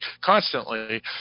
constantly